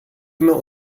immer